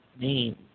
name